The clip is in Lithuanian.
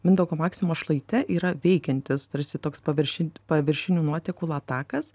mindaugo maksimos šlaite yra veikiantis tarsi toks pavirši paviršinių nuotekų latakas